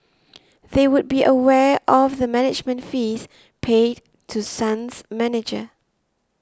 they would be aware of the management fees paid to Sun's manager